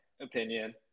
opinion